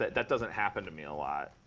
that doesn't happen to me a lot.